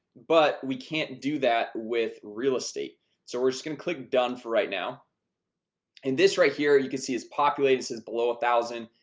but we can't do that with real estate so we're just gonna click done for right now and this right here. you can see is populating since below thousand,